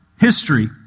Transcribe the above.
history